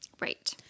Right